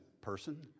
person